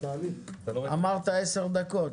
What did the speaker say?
אמרת עשר דקות.